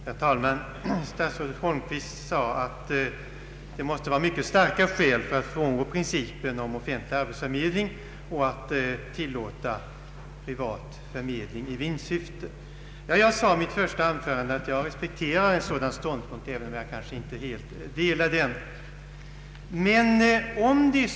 Herr talman! Statsrådet Holmqvist sade att det måste föreligga mycket starka skäl för att frångå principen om offentlig arbetsförmedling och tillåta privat förmedling i vinstsyfte. Jag nämnde i mitt första anförande att jag respekterar en sådan ståndpunkt, även om jag kanske inte helt ställer mig på den sidan.